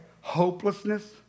hopelessness